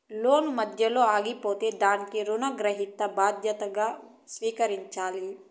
లోను మధ్యలో ఆగిపోతే దానికి రుణగ్రహీత బాధ్యతగా స్వీకరించాలి